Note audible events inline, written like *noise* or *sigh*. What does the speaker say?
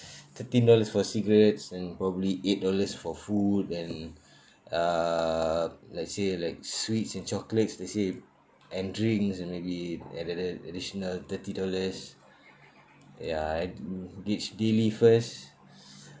thirteen dollars for cigarettes and probably eight dollars for food and *breath* uh let's say like sweets and chocolates let's say and drinks and maybe add add add additional thirty dollars ya I gauge daily first *breath*